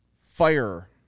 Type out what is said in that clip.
Fire